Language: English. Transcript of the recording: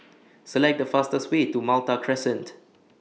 Select The fastest Way to Malta Crescent